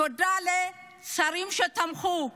תודה לשרים שתמכו: